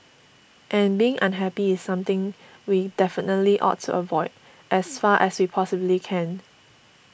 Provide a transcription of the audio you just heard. and being unhappy is something we definitely ought to avoid as far as we possibly can